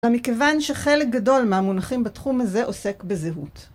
ומכיוון שחלק גדול מהמונחים בתחום הזה עוסק בזהות.